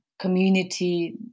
community